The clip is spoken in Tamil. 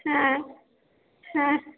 ஆ ஆ